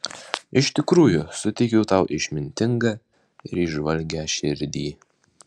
iš tikrųjų suteikiu tau išmintingą ir įžvalgią širdį